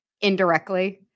indirectly